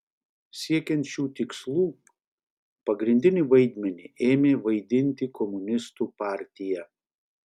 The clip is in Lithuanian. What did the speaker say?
siekiant šių tikslų pagrindinį vaidmenį ėmė vaidinti komunistų partija